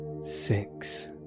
six